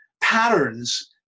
patterns